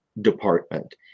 department